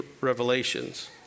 revelations